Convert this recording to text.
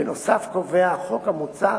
בנוסף קובע החוק המוצע